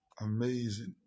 Amazing